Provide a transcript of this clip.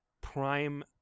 Prime